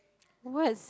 what